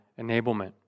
enablement